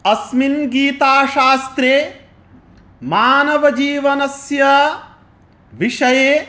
अस्मिन् गीताशास्त्रे मानवजीवनस्य विषये